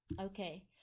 okay